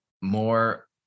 more